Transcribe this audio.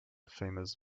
famous